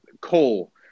coal